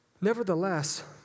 Nevertheless